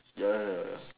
ya